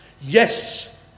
Yes